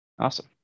Awesome